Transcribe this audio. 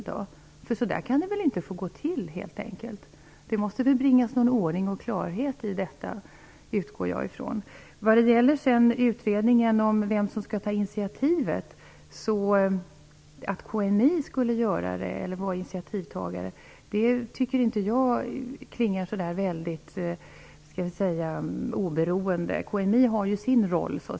Så kan det väl helt enkelt inte få gå till? Jag utgår ifrån att det måste bringas ordning och klarhet i detta. Så till frågan om vem som skall ta initiativ till en utredning: Att KMI skulle vara initiativtagare klingar inte så oberoende. KMI har sin roll.